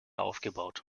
aufgebaut